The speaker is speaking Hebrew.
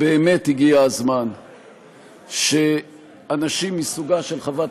באמת הגיע הזמן שאנשים מסוגה של חברת